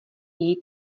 její